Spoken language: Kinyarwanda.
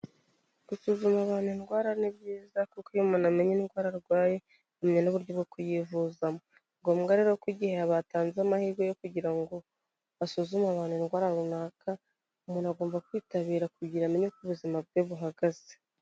Gusuzuma abantu indwara ni byiza, kuko iyo umuntu amenye indwara arwaye amenya n'uburyo bwo kuyivuzamo. Ni ngombwa rero ko igihe batanze amahirwe yo kugira ngo basuzume abantu indwara runaka, umuntu agomba kwitabira kugira amenye uko ubuzima bwe buhagaze.